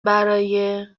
برای